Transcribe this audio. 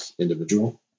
individual